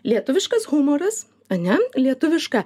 lietuviškas humoras ane lietuviška